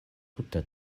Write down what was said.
tuta